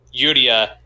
Yuria